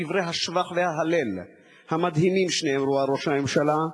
דברי השבח וההלל המדהימים שנאמרו על ראש הממשלה,